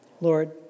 Lord